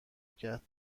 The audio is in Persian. کرد